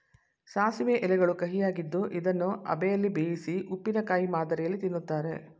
ಸಾಸಿವೆ ಎಲೆಗಳು ಕಹಿಯಾಗಿದ್ದು ಇದನ್ನು ಅಬೆಯಲ್ಲಿ ಬೇಯಿಸಿ ಉಪ್ಪಿನಕಾಯಿ ಮಾದರಿಯಲ್ಲಿ ತಿನ್ನುತ್ತಾರೆ